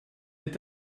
est